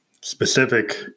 specific